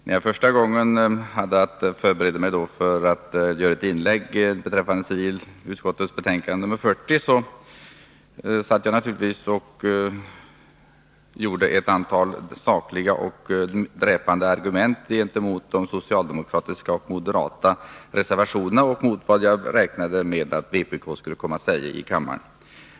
När jag första gången hade att förbereda mig för att göra ett inlägg Vissa anslag inom beträffande civilutskottets betänkande nr 40 konstruerade jag naturligtvis ett ; kommunantal sakliga och dräpande argument gentemot de socialdemokratiska och departementets moderata reservationerna och gentemot vad jag räknade med att vpk — verksamhetsföreträdarna skulle komma att säga i kammaren.